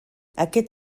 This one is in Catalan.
aquest